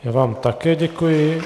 Já vám také děkuji.